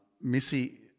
missy